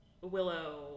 Willow